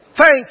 Thank